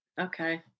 Okay